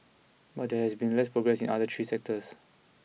but there has been less progress in the other three sectors